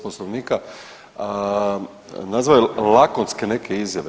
Poslovnika nazvao je lakonske neke izjave.